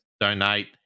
donate